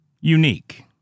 unique